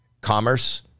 commerce